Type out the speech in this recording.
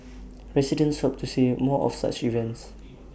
residents hope to see if more of such events